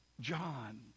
John